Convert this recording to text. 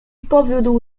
powiódł